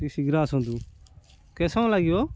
ଟିକେ ଶୀଘ୍ର ଆସନ୍ତୁ କେତେ ସମୟ ଲାଗିବ